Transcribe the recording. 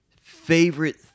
favorite